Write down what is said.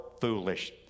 foolish